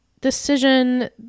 decision